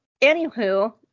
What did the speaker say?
Anywho